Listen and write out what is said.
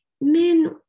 men